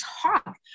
talk